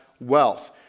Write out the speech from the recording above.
wealth